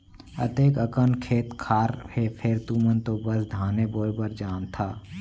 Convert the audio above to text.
अतेक अकन खेत खार हे फेर तुमन तो बस धाने बोय भर जानथा